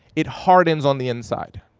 it hardens on the inside.